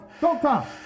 Doctor